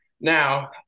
Now